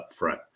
upfront